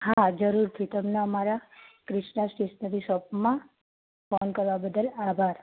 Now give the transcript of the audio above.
હા જરૂરથી તમને અમારા ક્રિષ્ના સ્ટેશનરી શોપમાં ફોન કરવા બદલ આભાર